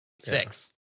six